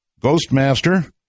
Ghostmaster